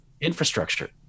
infrastructure